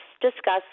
Discuss